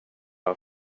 jag